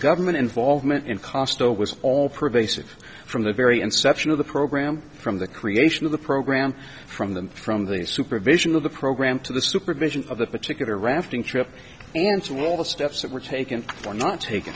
government involvement in costco it was all pervasive from the very inception of the program from the creation of the program from the from the supervision of the program to the supervision of that particular rafting trip answer all the steps that were taken or not tak